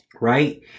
right